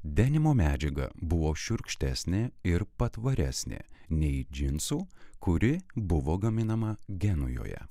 denimo medžiaga buvo šiurkštesnė ir patvaresnė nei džinsų kuri buvo gaminama genujoje